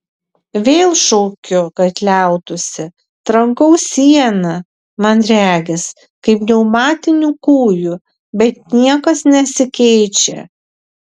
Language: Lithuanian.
vėl šaukiu kad liautųsi trankau sieną man regis kaip pneumatiniu kūju bet niekas nesikeičia